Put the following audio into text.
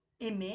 aimer